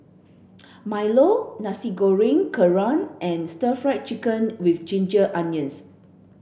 Milo Nasi Goreng Kerang and stir fried chicken with ginger onions